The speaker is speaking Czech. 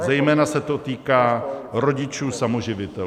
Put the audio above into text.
Zejména se to týká rodičů samoživitelů.